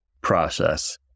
process